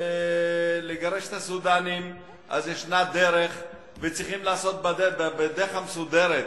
לגרש את הסודנים אז יש דרך וצריכים לעשות את זה בדרך המסודרת,